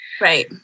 Right